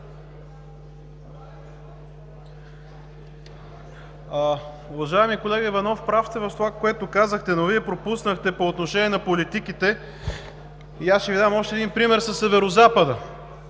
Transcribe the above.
Уважаеми колега Иванов, прав сте в това, което казахте, но Вие пропуснахте нещо по отношение на политиките. Ще Ви дам още един пример със Северозапада.